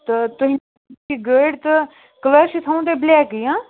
تہٕ تُہۍ گٲڑۍ تہٕ کَلر چھِ تھاوُن تۄہہِ بٕلیکٕے ہہ